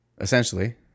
essentially